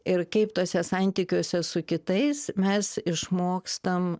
ir kaip tuose santykiuose su kitais mes išmokstam